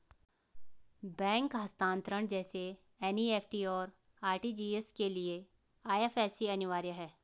bank हस्तांतरण जैसे NEFT, और आर.टी.जी.एस के लिए आई.एफ.एस.सी अनिवार्य है